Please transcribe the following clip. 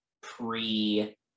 pre